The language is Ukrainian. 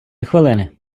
хвилини